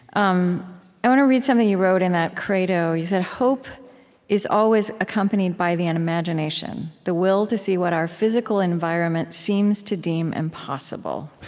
um i want to read something you wrote in that credo. you said, hope is always accompanied by the and imagination, the will to see what our physical environment seems to deem impossible.